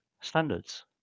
standards